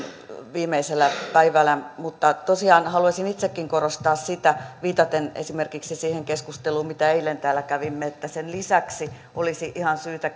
viimeisenä päivänä mutta tosiaan haluaisin itsekin korostaa sitä viitaten esimerkiksi siihen keskusteluun mitä eilen täällä kävimme että sen lisäksi olisi ihan syytä